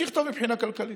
שיכתוב מבחינה כלכלית.